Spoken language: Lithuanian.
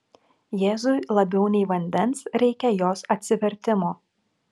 jėzui labiau nei vandens reikia jos atsivertimo